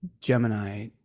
Gemini